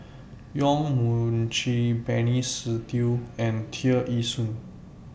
Yong Mun Chee Benny Se Teo and Tear Ee Soon